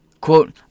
Quote